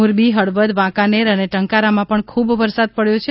મોરબી હળવદ વાંકાનેર અને ટંકારામાં પણ ખૂબ વરસાદ પડ્યો છે